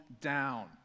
down